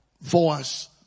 voice